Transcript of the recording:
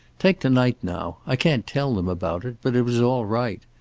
take to-night, now. i can't tell them about it, but it was all right.